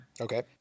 Okay